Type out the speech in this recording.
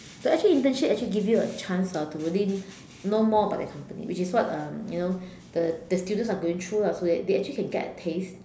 but actually internship actually give you a chance hor to really know more about the company which is what um you know the the students are going through lah so that they actually can get a taste